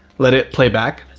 let it play back,